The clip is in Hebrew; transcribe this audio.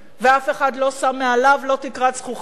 ואף אחד לא שם מעליו, לא תקרת זכוכית,